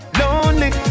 lonely